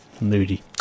moody